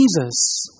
Jesus